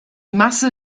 masse